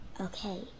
Okay